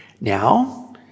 Now